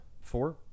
four